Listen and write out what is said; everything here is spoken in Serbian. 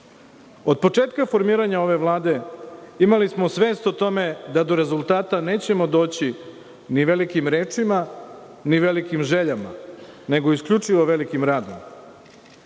početka formiranja ove Vlade imali smo svest o tome da do rezultata nećemo doći ni velikim rečima, ni velikim željama, nego isključivo velikim radom.